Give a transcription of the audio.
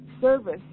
service